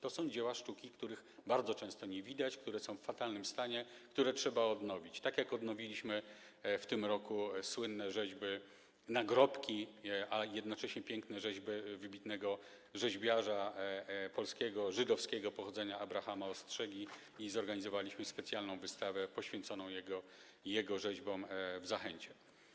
To są dzieła sztuki, których bardzo często nie widać, które są w fatalnym stanie, które trzeba odnowić, tak jak odnowiliśmy w tym roku słynne nagrobki, a jednocześnie piękne rzeźby wybitnego rzeźbiarza polskiego żydowskiego pochodzenia Abrahama Ostrzegi i zorganizowaliśmy specjalną wystawę poświęconą jego rzeźbom w Zachęcie.